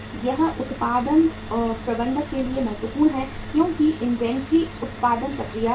यह उत्पादन प्रबंधक के लिए महत्वपूर्ण है क्योंकि इन्वेंट्री उत्पादन प्रक्रिया से संबंधित है